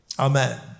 Amen